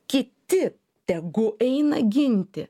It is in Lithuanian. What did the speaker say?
kiti tegu eina ginti